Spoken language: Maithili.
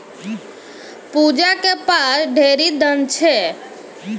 पूजा के पास ढेरी धन छै